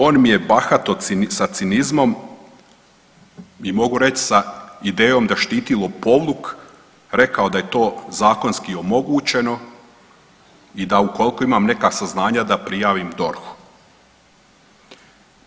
On mi je bahato sa cinizmom i mogu reći sa idejom da štiti lopovluk rekao da je to zakonski omogućeno i da ukoliko imam neka saznanja da prijavim DORH-u.